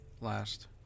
last